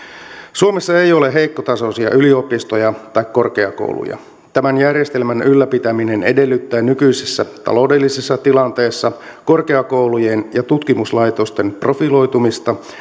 suomessa ei ole heikkotasoisia yliopistoja tai korkeakouluja tämän järjestelmän ylläpitäminen edellyttää nykyisessä taloudellisessa tilanteessa korkeakoulujen ja tutkimuslaitosten profiloitumista